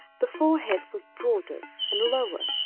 the forehead was broader and lower,